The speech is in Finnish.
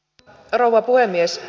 arvoisa rouva puhemies